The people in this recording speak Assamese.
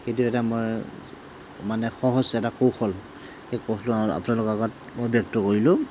সেইটো এটা মই মানে সহজ এটা কৌশল সেই কৌশলটো মই আপোনালোকৰ আগত মই ব্যক্ত কৰিলোঁ